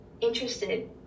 interested